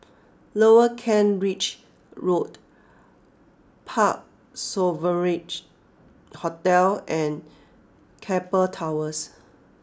Lower Kent Ridge Road Parc Sovereign Hotel and Keppel Towers